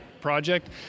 project